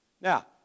Now